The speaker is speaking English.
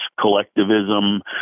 collectivism